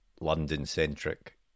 London-centric